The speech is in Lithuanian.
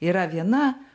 yra viena